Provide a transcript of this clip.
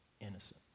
innocent